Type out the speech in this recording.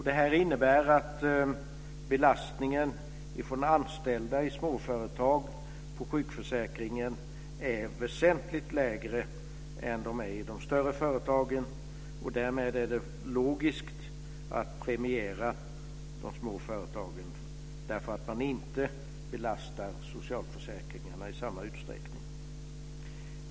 Det här innebär att belastningen på sjukförsäkringen är väsentligt lägre när det gäller anställda i småföretag än anställda i de större företagen. Därmed är det logiskt att premiera de små företagen, därför att de inte belastar socialförsäkringarna i samma utsträckning.